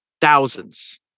thousands